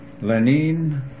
Lenin